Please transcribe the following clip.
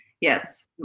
yes